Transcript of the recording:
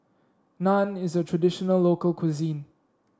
naan is a traditional local cuisine